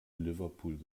liverpool